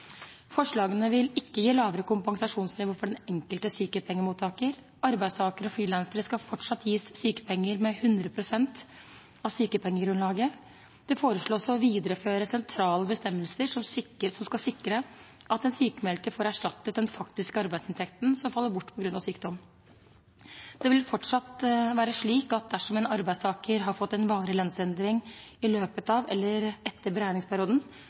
Forslagene vil ikke gi lavere kompensasjonsnivå for den enkelte sykepengemottaker. Arbeidstakere og frilansere skal fortsatt gis sykepenger med 100 pst. av sykepengegrunnlaget. Det foreslås å videreføre sentrale bestemmelser som skal sikre at den sykmeldte får erstattet den faktiske arbeidsinntekten som faller bort på grunn av sykdom. Det vil fortsatt være slik at dersom en arbeidstaker har fått en varig lønnsendring i løpet av eller etter beregningsperioden,